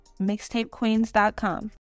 mixtapequeens.com